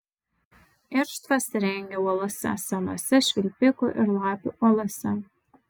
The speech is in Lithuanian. irštvas rengia uolose senose švilpikų ir lapių olose